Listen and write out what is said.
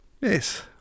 yes